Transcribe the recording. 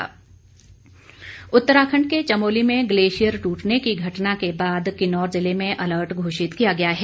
alert Uttarakhand के चमोली में glacier ट्रटने की घटना के बाद किन्नौर ज़िले में अलर्ट घोषित किया गया है